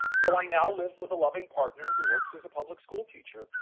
though i now live with a loving partner who works as a public school teacher,